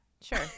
Sure